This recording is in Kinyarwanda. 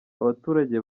abaturage